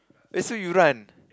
eh so you run